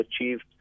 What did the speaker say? achieved